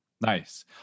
Nice